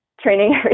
training